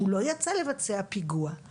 הוא לא יצא לבצע פיגוע,